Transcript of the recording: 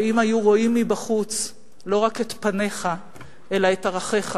ואם היו רואים בחוץ לא רק את פניך אלא את ערכיך,